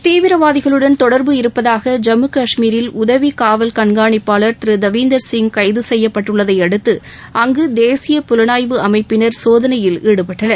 தீவிரவாதிகளுடன் தொடர்பு இருப்பதாக ஜம்மு கஷ்மீரில் உதவி காவல் கண்காணிப்பாளர் திரு தவீந்தர் சிங் கைது செய்யப்பட்டுள்ளதையடுத்து அங்கு தேசிய புலனாய்வு அமைப்பினர் சோதனையில் ஈடுபட்டனர்